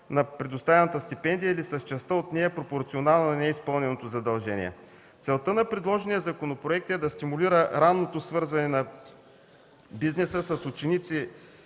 на предоставената стипендия или с частта от нея пропорционално на неизпълненото задължение. Целта на предложения законопроект е да стимулира ранното свързване на бизнеса с ученици